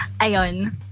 Ayon